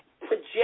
project